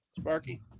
Sparky